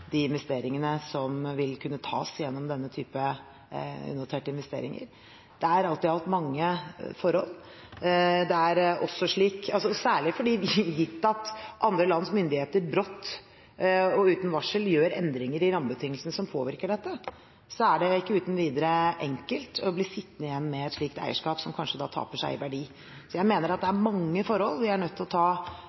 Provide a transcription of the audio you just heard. de investeringene som vil kunne tas gjennom denne type unoterte investeringer. Det er alt i alt mange forhold – særlig gitt at andre lands myndigheter brått og uten varsel gjør endringer i rammebetingelsene – som påvirker dette. Da er det ikke uten videre enkelt å bli sittende igjen med et slikt eierskap, som kanskje taper seg i verdi. Så jeg mener at det er mange forhold vi er nødt til å ta